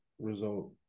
result